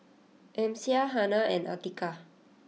Amsyar Hana and Atiqah